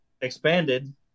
expanded